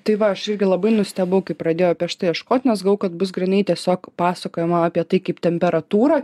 tai va aš irgi labai nustebau kai pradėjo prieš tai ieškot nes galvojau kad bus grynai tiesiog pasakojama apie tai kaip temperatūra